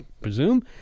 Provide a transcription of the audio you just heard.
presume